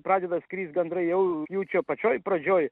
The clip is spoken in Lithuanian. pradeda skrist gandrai jau jau čia pačioj pradžioj